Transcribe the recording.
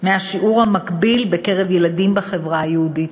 מהשיעור המקביל בקרב ילדים בחברה היהודית.